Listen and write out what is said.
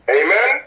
amen